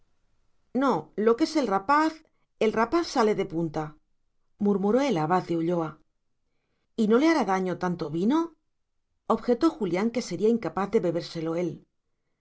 no lo que es el rapaz el rapaz sale de punta murmuró el abad de ulloa y no le hará daño tanto vino objetó julián que sería incapaz de bebérselo él